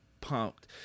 pumped